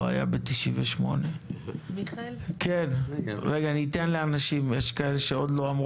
אני אתן לאנשים לדבר.